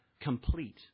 complete